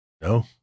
no